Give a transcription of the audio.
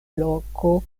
loko